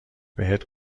بهت